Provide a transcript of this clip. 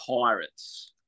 Pirates